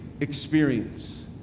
experience